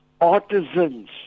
artisans